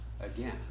again